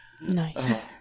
Nice